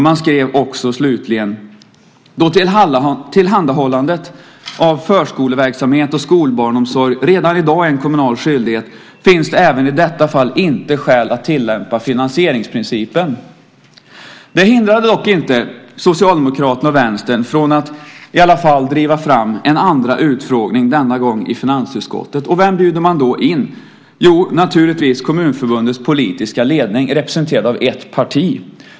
Man skrev också slutligen: Då tillhandahållandet av förskoleverksamhet och skolbarnomsorg redan i dag är en kommunal skyldighet finns det även i detta fall inte skäl att tillämpa finansieringsprincipen. Det hindrade dock inte Socialdemokraterna och Vänstern från att driva fram en andra utfrågning, denna gång i finansutskottet. Och vem bjuder man då in? Naturligtvis Kommunförbundets politiska ledning, representerad av ett parti.